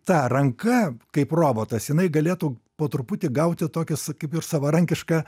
ta ranka kaip robotas jinai galėtų po truputį gauti tokį kaip ir savarankišką